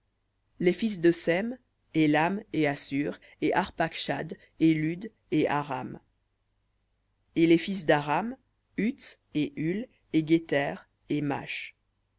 les fils de sem élam et assur et arpacshad et lud et haran et les fils d'aram uts et hul et guéther et mash